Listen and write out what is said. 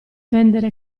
vendere